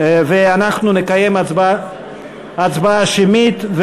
ואנחנו נקיים הצבעה שמית.